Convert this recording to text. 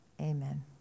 Amen